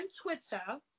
Twitter